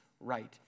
right